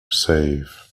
save